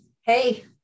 hey